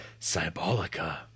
Cybolica